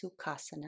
sukhasana